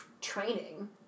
training